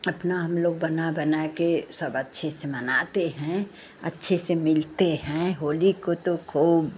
अपना हमलोग बना बनाकर सब अच्छे से मनाते हैं अच्छे से मिलते हैं होली को तो खूब